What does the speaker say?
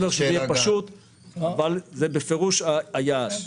בפירוש היעד.